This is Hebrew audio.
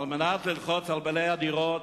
על מנת ללחוץ על בעלי הדירות',